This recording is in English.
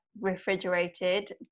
refrigerated